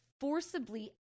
forcibly